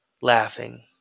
laughing